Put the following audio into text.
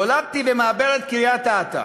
נולדתי במעברת קריית-אתא.